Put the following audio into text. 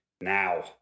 now